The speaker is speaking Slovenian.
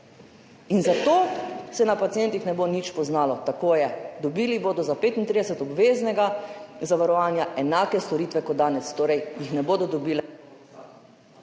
In zato se na pacientih ne bo nič poznalo, tako je. Dobili bodo za 35 obveznega zavarovanja enake storitve kot danes. Torej jih ne bodo dobili